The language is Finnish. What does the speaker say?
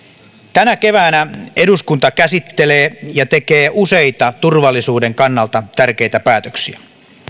tänä keväänä eduskunta käsittelee ja tekee useita turvallisuuden kannalta tärkeitä päätöksiä